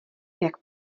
jak